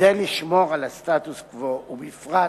כדי לשמור על הסטטוס-קוו, ובפרט